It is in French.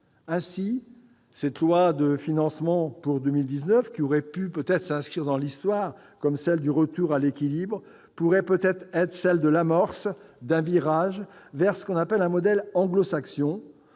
Ainsi, la loi de financement pour 2019, qui aurait pu s'inscrire dans l'histoire comme celle du retour à l'équilibre, pourrait être celle de l'amorce d'un virage vers un modèle anglo-saxon,